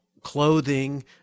Clothing